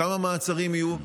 כמה מעצרים יהיו,